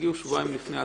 שבועיים לפני התחילה.